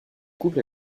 couple